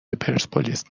پرسپولیس